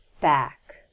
back